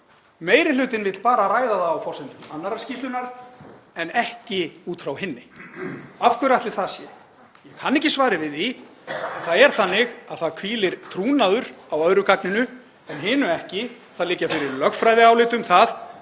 Meiri hlutinn vill bara að ræða það á forsendum annarrar skýrslunnar en ekki út frá hinni. Af hverju ætli það sé? Ég kann ekki svarið við því en það er þannig að það hvílir trúnaður á öðru gagninu en hinu ekki. Það liggja fyrir lögfræðiálit um það